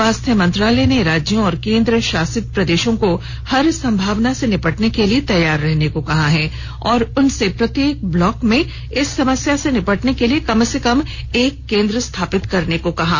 स्वास्थ्य मंत्रालय ने राज्यों और केंद्रशासित प्रदेशों को हर संभावना से निपटने के लिए तैयार रहने को कहा है और उनसे प्रत्येक ब्लॉक में इस समस्या से निपटने के लिए कम से कम एक केंद्र स्थापित करने के लिए कहा है